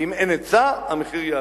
ואם אין היצע המחיר יעלה.